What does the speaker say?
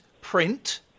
print